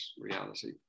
reality